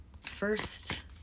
First